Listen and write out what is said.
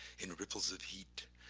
in ripples of heat,